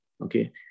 Okay